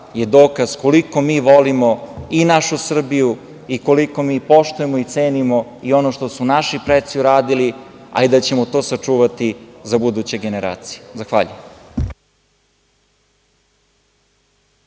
je dokaz koliko mi volim i našu Srbiju i koliko mi poštujemo i cenimo ono što su naši preci uradili, a i da ćemo to sačuvati za buduće generacije. Zahvaljujem.